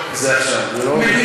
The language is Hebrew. זה לא דיאלוג עכשיו, זה לא עובד ככה.